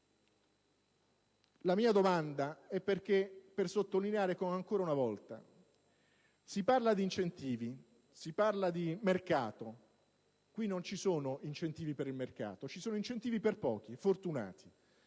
La mia domanda è volta a sottolineare come ancora una volta si parli di incentivi, si parli di mercato, ma qui non ci sono incentivi per il mercato: ci sono incentivi per pochi fortunati.